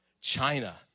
China